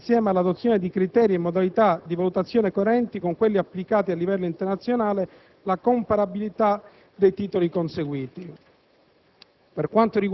istituisce, insieme all'adozione di criteri e modalità di valutazione coerenti con quelli applicati a livello internazionale, la comparabilità dei titoli conseguiti.